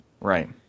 Right